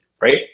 right